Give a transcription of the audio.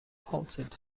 halted